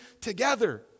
together